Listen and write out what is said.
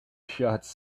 shots